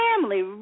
family